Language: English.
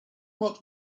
what